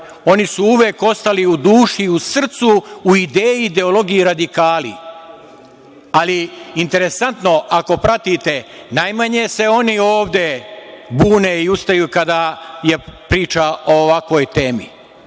oni su uvek ostali u duši i u srcu, u ideji i ideologiji radikali. Ali, interesantno, ako pratite, najmanje se oni ovde bune i ustaju kada je priča o ovakvoj temi.